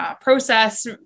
process